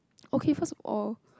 okay first of all